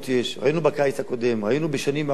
ראינו בקיץ הקודם, ראינו בשנים עברו.